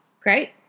Great